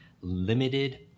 limited